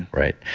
right?